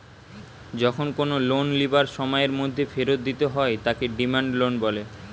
যখন কোনো লোন লিবার সময়ের মধ্যে ফেরত দিতে হয় তাকে ডিমান্ড লোন বলে